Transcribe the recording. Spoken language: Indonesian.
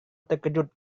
terkejut